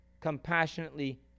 Compassionately